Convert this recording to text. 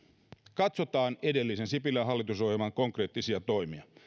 katsotaan edellisen sipilän hallitusohjelman konkreettisia toimia